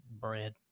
Bread